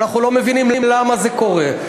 אנחנו לא מבינים למה זה קורה.